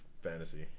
fantasy